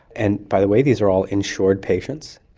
and, by the way, these were all insured patients,